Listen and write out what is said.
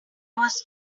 was